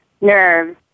nerve